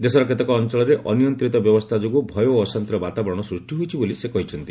ଦେଶର କେତେକ ଅଞ୍ଚଳରେ ଅନିୟନ୍ତିତ ବ୍ୟବସ୍ଥା ଯୋଗୁଁ ଭୟ ଓ ଅଶାନ୍ତିର ବାତାବରଣ ସୃଷ୍ଟି ହୋଇଛି ବୋଲି ସେ କହିଛନ୍ତି